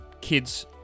kids